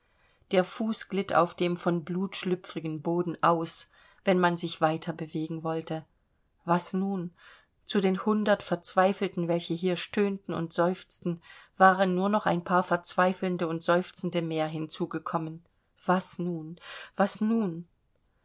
der fuß glitt auf dem von blut schlüpfrigen boden aus wenn man sich weiter bewegen wollte was nun zu den hundert verzweifelten welche hier stöhnten und seufzten waren nur noch ein paar verzweifelnde und seufzende mehr hinzugekommen was nun was nun